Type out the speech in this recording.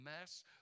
mess